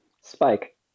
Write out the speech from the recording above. Spike